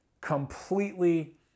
completely